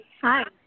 hi